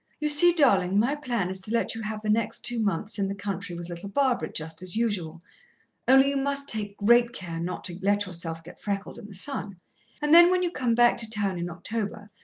you see, darling, my plan is to let you have the next two months in the country with little barbara, just as usual only you must take great care not to let yourself get freckled in the sun and then, when you come back to town in october,